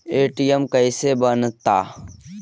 ATM कैसे बनता?